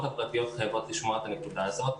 הפרטיות חייבות לשמוע את הנקודה הזו.